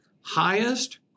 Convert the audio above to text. highest